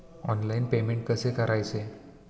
Online payment कसे करायचे?